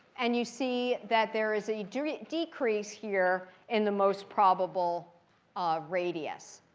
and you see that there is a decrease decrease here in the most probable radius.